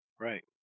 right